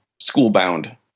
school-bound